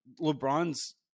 LeBron's